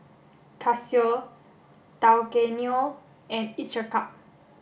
Casio Tao Kae Noi and Each a cup